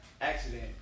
Accident